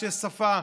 קשיי שפה,